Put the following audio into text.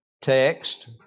text